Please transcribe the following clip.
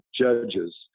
judges